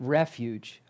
refuge